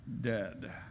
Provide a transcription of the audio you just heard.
dead